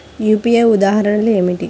UPI ఉదాహరణ ఏమిటి?